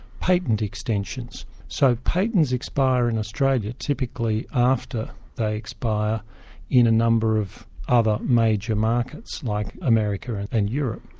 patent extensions. so patents expire in australia typically after they expire in a number of other major markets, like america and europe.